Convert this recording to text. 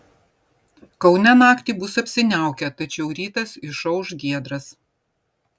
kaune naktį bus apsiniaukę tačiau rytas išauš giedras